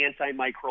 antimicrobial